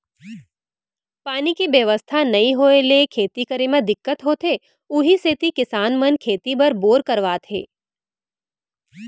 पानी के बेवस्था नइ होय ले खेती करे म दिक्कत होथे उही सेती किसान मन खेती बर बोर करवात हे